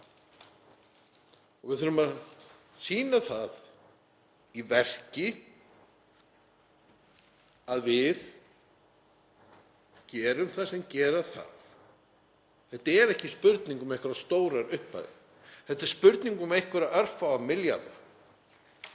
Við þurfum að sýna það í verki að við gerum það sem gera þarf. Þetta er ekki spurning um einhverjar stórar upphæðir, þetta er spurning um einhverja örfáa milljarða